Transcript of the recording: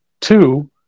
Two